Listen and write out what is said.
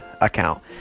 account